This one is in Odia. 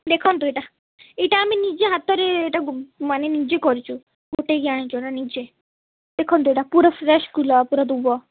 ଦେଖନ୍ତୁ ଏଇଟା ଏଇଟା ଆମେ ନିଜ ହାତରେ ଏଇଟାକୁ ମାନେ ନିଜେ କରିଛୁ ଗୋଟାଇ କି ଆଣିଛୁ ନିଜେ ଦେଖନ୍ତୁ ଏଇଟା ପୁରା ଫ୍ରେସ୍ ଗୁଲାବର ଦୁବ